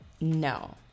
No